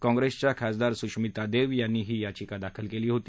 काँप्रेसच्या खासदार सुश्मिता देव यांनी ही याचिका दाखल केली होती